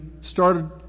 started